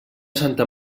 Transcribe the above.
santa